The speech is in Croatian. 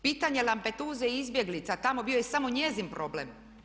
Pitanje Lampetuze i izbjeglica, tamo bio je samo njezin problem.